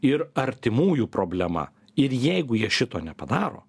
ir artimųjų problema ir jeigu jie šito nepadaro